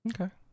Okay